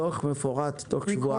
דוח מפורט בתוך שבועיים.